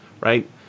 right